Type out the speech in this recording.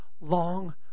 Long